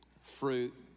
fruit